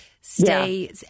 stay